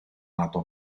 nato